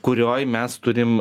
kurioj mes turim